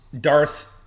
Darth